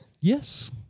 Yes